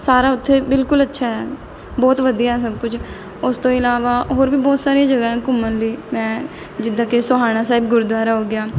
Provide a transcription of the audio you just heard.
ਸਾਰਾ ਉੱਥੇ ਬਿਲਕੁਲ ਅੱਛਾ ਹੈ ਬਹੁਤ ਵਧੀਆ ਹੈ ਸਭ ਕੁਝ ਉਸ ਤੋਂ ਇਲਾਵਾ ਹੋਰ ਵੀ ਬਹੁਤ ਸਾਰੀਆਂ ਜਗ੍ਹਾ ਹੈ ਘੁੰਮਣ ਲਈ ਮੈਂ ਜਿੱਦਾਂ ਕਿ ਸੋਹਾਣਾ ਸਾਹਿਬ ਗੁਰਦੁਆਰਾ ਹੋ ਗਿਆ